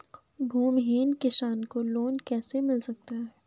भूमिहीन किसान को लोन कैसे मिल सकता है?